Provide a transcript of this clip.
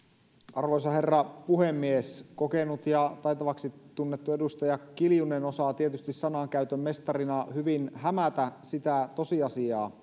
arvoisa herra puhemies kokenut ja taitavaksi tunnettu edustaja kiljunen osaa tietysti sanankäytön mestarina hyvin hämätä sitä tosiasiaa